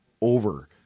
over